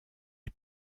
est